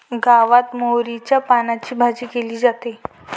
गावात मोहरीच्या पानांची भाजी केली जाते